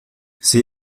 sie